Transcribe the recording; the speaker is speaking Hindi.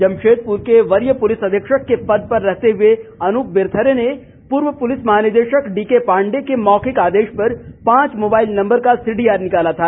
जमशेदपुर के वरीय पुलिस अधीक्षक के पद पर रहते हुए अनुप बिरथरे ने पूर्व पुलिस महानिदेशक डीके पांडेय के मौखिक आदेश पर पांच मोबाइल नंबर का सीडीआर निकाला था